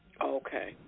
Okay